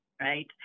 Right